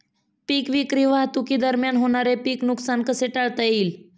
पीक विक्री वाहतुकीदरम्यान होणारे पीक नुकसान कसे टाळता येईल?